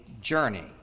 journey